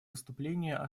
выступления